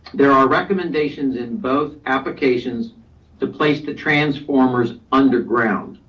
there are recommendations in both applications to place the transformers underground.